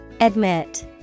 Admit